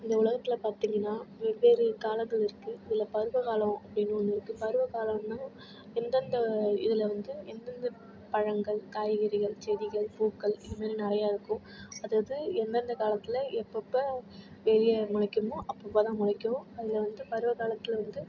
இந்த உலகத்தில் பார்த்திங்கனா வெவ்வேறு காலங்கள் இருக்குது இதில் பருவ காலம் அப்படினு ஒன்று இருக்குது பருவ கால அப்படினா எந்தெந்த இதில் வந்து எந்தெந்த பழங்கள் காய்கறிகள் செடிகள் பூக்கள் இதுமாரி நிறையா இருக்கும் அதாவது எந்தெந்த காலத்தில் எப்போப்ப வெளிய முளைக்குமோ அப்போப்ப தான் மொளைக்கும் அதில் வந்துட்டு பருவ காலத்தில் வந்துட்டு